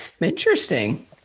Interesting